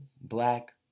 black